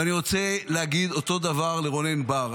ואני רוצה להגיד אותו דבר לרונן בר.